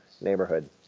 neighborhood